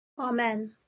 Amen